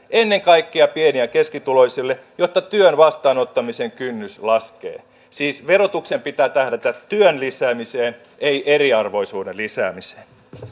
ennen kaikkea pieni ja keskituloisille jotta työn vastaanottamisen kynnys laskee siis verotuksen pitää tähdätä työn lisäämiseen ei eriarvoisuuden lisäämiseen